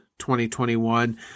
2021